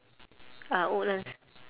uh woodlands